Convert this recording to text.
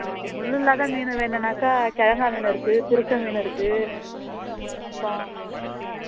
முள்ளில்லாத மீன் வேணும்ன்னாக்கா கிழங்கா மீன் இருக்கு திருக்கை மீன் இருக்கு அப்புறம் ஆ